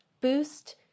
boost